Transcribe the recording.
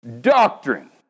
Doctrine